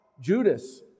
Judas